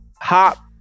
Hop